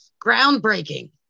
Groundbreaking